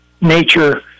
nature